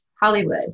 Hollywood